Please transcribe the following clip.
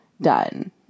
done